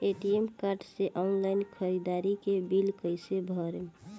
ATM card से online ख़रीदारी के बिल कईसे भरेम?